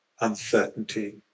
uncertainty